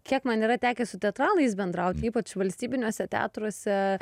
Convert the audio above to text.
kiek man yra tekę su teatralais bendraut ypač valstybiniuose teatruose